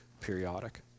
periodic